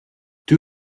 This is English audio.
two